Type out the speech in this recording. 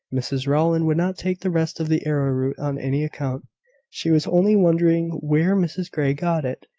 mrs rowland would not take the rest of the arrowroot on any account she was only wondering where mrs grey got it,